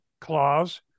Clause